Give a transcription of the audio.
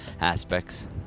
aspects